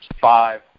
five